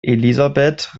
elisabeth